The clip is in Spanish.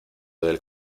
del